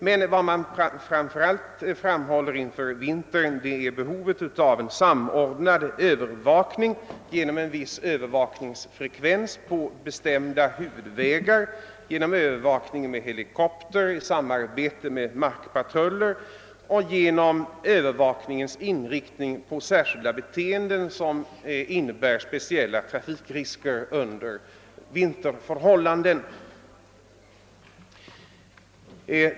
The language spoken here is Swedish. Men vad man framför allt framhåller inför vintern är behovet av en samordnad övervakning med en viss övervakningsfrekvens på bestämda vägar. Denna övervakning skall ske med helikopter i samarbete med markpatruller och inriktas på beteenden som innebär speciella trafikrisker under vinterförhållanden.